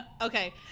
Okay